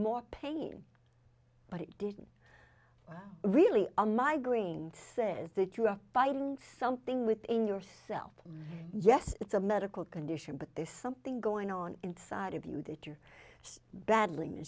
more pain but it didn't really a migraine says that you are fighting something within yourself yes it's a medical condition but there's something going on inside of you that you're battlin